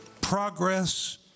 Progress